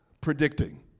predicting